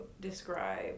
describe